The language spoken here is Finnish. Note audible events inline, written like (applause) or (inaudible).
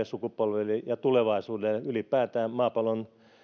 (unintelligible) sukupolville ja ylipäätään maapallon